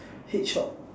hedgehog